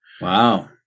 Wow